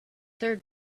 third